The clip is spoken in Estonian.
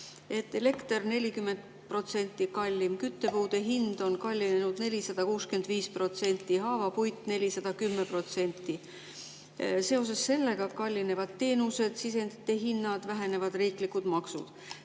Elekter on 40% kallim, küttepuude hind on kallinenud 465%, haavapuit 410%. Seoses sellega kallinevad teenused, sisendite hinnad, vähenevad riiklikud maksud.